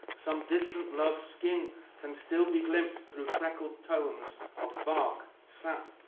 some distant love's skin can still be glimpsed through freckled tones of bark, sap,